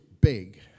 big